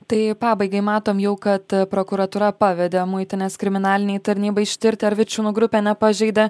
tai pabaigai matom jau kad prokuratūra pavedė muitinės kriminalinei tarnybai ištirti ar vičiūnų grupė nepažeidė